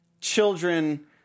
children